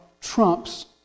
trumps